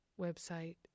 website